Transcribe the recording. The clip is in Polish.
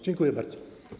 Dziękuję bardzo.